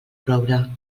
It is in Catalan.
roure